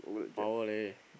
power leh